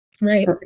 right